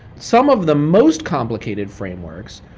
some of the most complicated frameworks,